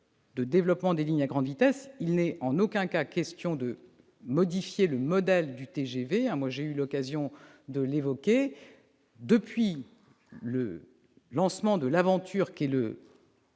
du développement des lignes à grande vitesse, il n'est en aucun cas question de modifier le modèle du TGV. J'ai déjà eu l'occasion de le dire, depuis le lancement de l'aventure qu'est le